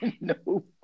No